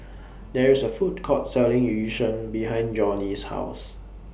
There IS A Food Court Selling Yu Sheng behind Johney's House